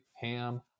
ham